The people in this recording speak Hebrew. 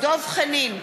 דב חנין,